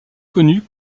connu